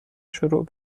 شروع